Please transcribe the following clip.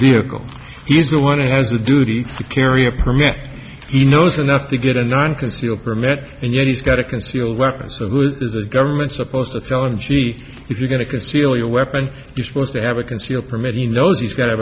vehicle he's the one who has a duty to carry a permit he knows enough to get a nine concealed permit and yet he's got a concealed weapon so the government supposed to tell him she if you're going to conceal your weapon use force to have a concealed permit he knows he's got